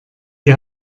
die